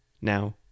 Now